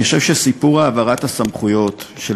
אני חושב שסיפור העברת הסמכויות של